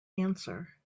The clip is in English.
answer